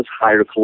higher